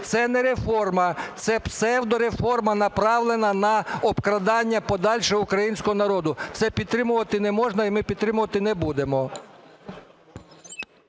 Це не реформа. Це псевдореформа, направлена на обкрадання подальше українського народу. Це підтримувати не можна, і ми підтримувати не будемо.